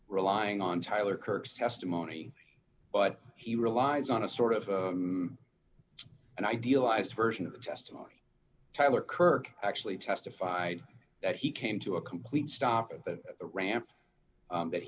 relying on tyler kirk's testimony but he relies on a sort of an idealised version of the testimony tyler kirk actually testified that he came to a complete stop at that ramp that he